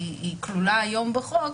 כלולה היום בחוק,